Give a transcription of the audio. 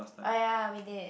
ah ya we did